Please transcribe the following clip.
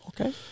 okay